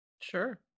Sure